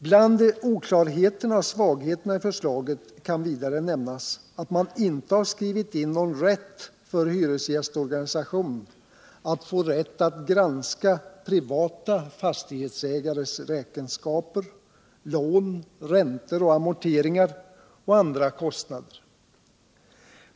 Bland oklarheterna och svagheterna i förslaget kan vidare nämnas, att man inte har skrivit in någon rätt för hyresgästorganisation att granska privata fastughetsägares räkenskaper, lån, räntor, amorteringar och andra kostnader.